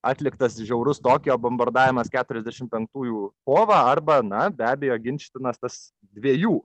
atliktas žiaurus tokijo bombardavimas keturiasdešim penktųjų kovą arba na be abejo ginčytinas tas dviejų